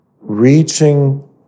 reaching